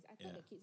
yeah